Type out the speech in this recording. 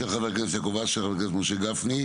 של חבר הכנסת יעקב אשר וחבר הכנסת משה גפני,